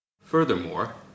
furthermore